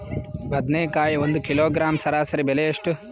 ಬದನೆಕಾಯಿ ಒಂದು ಕಿಲೋಗ್ರಾಂ ಸರಾಸರಿ ಬೆಲೆ ಎಷ್ಟು?